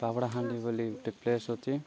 ପାବଡ଼ା ହାଣ୍ଡି ବୋଲିି ଗୋଟେ ପ୍ଲେସ୍ ଅଛି